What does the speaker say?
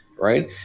right